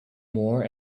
more